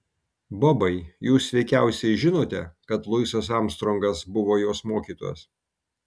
bobai jūs veikiausiai žinote kad luisas armstrongas buvo jos mokytojas